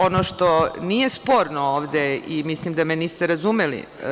Ono što nije sporno ovde i mislim da me niste razumeli.